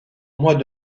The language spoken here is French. mois